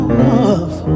love